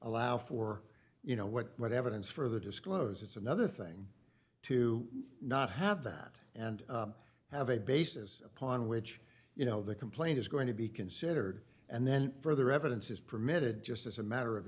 allow for you know what what evidence for the disclose it's another thing to not have that and have a basis upon which you know the complaint is going to be considered and then further evidence is permitted just as a matter of